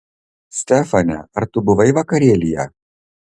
stefane ar tu buvai vakarėlyje